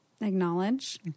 acknowledge